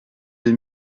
deux